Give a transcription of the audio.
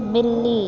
बि॒ली